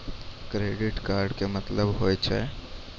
Credit card के मतलब होय छै?